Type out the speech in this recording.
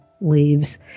leaves